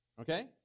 Okay